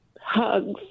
Hugs